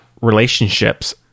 relationships